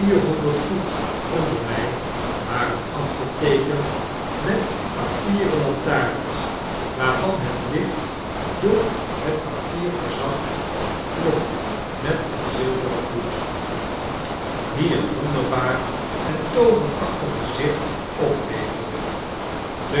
onder mij waren afgeteekend met papieren lantarens waarvan het licht door het papier verzacht glom met een zilveren gloed die een wonderbaar en tooverachtig gezicht opleverde